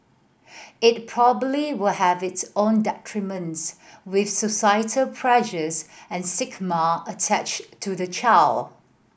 it probably will have its own deterrents with societal pressures and attached to the child